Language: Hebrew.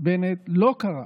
בנט לא קרה.